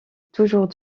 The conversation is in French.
toujours